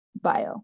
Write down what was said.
bio